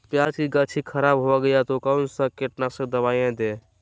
प्याज की गाछी खराब हो गया तो कौन सा कीटनाशक दवाएं दे?